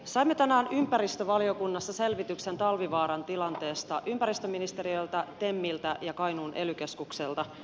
saimme tänään ympäristövaliokunnassa selvityksen talvivaaran tilanteesta ympäristöministeriöltä temiltä ja kainuun ely keskukselta